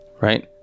right